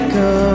go